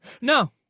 No